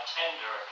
tender